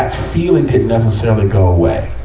ah feeling didn't necessarily go away,